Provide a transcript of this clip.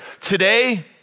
Today